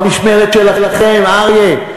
לא במשמרת שלו, במשמרת שלכם, אריה.